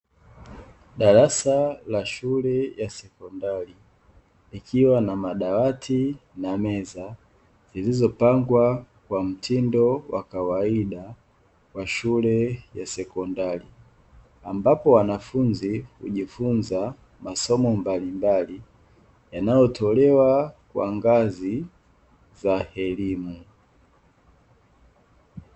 Darasa la shule ya sekondari likiwa na madawati na meza vilivyopangwa kwa mtindo wa kawaidia wa shule ya sekondari, ambapo wanafunzi hujifunza masomo mbalimbali yanayotolewa kwa ngazi za elimu.